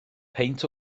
peint